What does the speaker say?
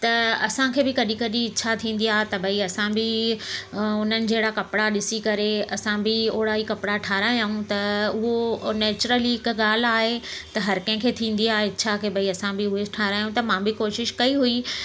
त असांखे बि कॾहिं कॾहिं इच्छा थींदी आहे त भई असां बि अ उन्हनि जहिड़ा कपिड़ा ॾिसी करे असां बि ओड़ा ई कपिड़ा ठारायूं त उहो नैचुरली हिकु ॻाल्हि आहे त हर कंहिंखे थींदी आहे इच्छा की भई असां बि उहे ठारायूं त मां बि कोशिशि कई हुई